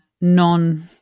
non